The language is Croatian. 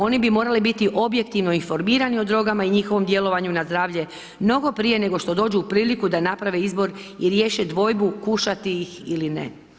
Oni bi morali biti objektivno informirani o drogama i njihovom djelovanju na zdravlje mnogo prije nego što dođu u priliku da naprave izbor i riješe dvojbu kušati ih ili ne.